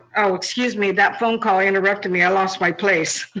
oh excuse me, that phone call interrupted me. i lost my place.